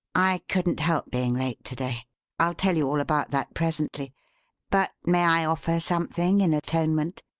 i couldn't help being late to-day i'll tell you all about that presently but may i offer something in atonement?